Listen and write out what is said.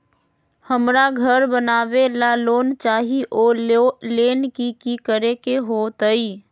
हमरा घर बनाबे ला लोन चाहि ओ लेल की की करे के होतई?